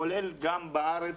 כולל גם בארץ.